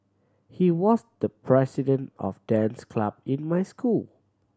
he was the president of the dance club in my school